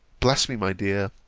bless me, my dear!